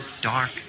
dark